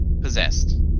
possessed